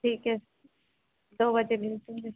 ठीक है दो बजे भेज दूँगी